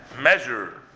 measure